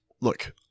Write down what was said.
look